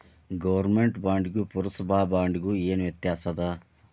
government ಬಾಂಡಿಗೂ ಪುರ್ಸಭಾ ಬಾಂಡಿಗು ಏನ್ ವ್ಯತ್ಯಾಸದ